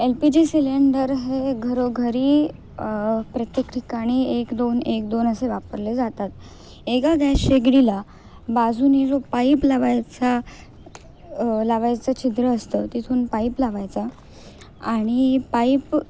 L P G cylinder हे घरोघरी प्रत्येक ठिकाणी एक दोन एक दोन असे वापरले जातात एका गॅस शेगडीला बाजूने जो पाईप लावायचा लावायचं छिद्र असतं तिथून पाईप लावायचा आणि पाईप